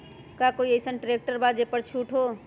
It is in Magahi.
का कोइ अईसन ट्रैक्टर बा जे पर छूट हो?